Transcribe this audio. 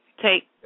take